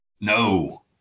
No